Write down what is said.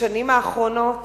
בשנים האחרונות